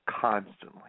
constantly